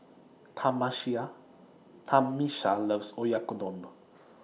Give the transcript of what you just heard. Tamisha loves Oyakodon